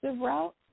route